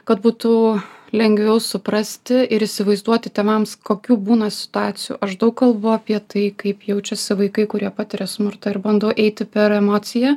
kad būtų lengviau suprasti ir įsivaizduoti tėvams kokių būna situacijų aš daug kalbu apie tai kaip jaučiasi vaikai kurie patiria smurtą ir bandau eiti per emociją